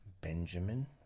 Benjamin